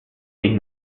sich